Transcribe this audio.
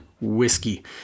whiskey